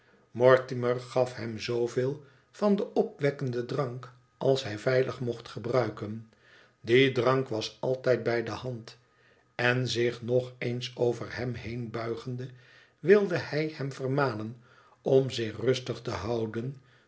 mortimer gaf hem zooveel van den opwekkenden drank als hij veilig mocht gebruiken die drank was altijd bij de hand en zich nog eens over hem heen buigende wilde hij hem vermanen om zich rustig te houden